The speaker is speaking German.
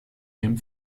ihrem